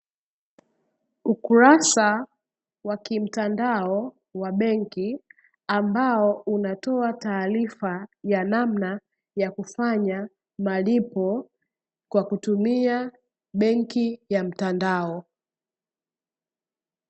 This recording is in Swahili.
Ukurasa wa kimtandao wa benki ambao unatoa taarifa ya namna ya kufanya malipo kwa kutumia benki ya mtandao.